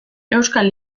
euskal